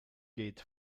geht